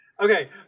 Okay